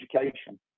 education